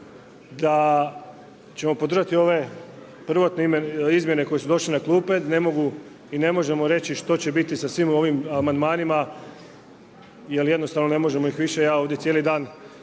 da ćemo podržati ove prvotne izmjene koje su došle na klupe da ne mogu i ne možemo reći što će biti sa svim ovim amandmanima jer jednostavno ne možemo ih više, ja ovdje cijeli dan